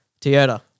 Toyota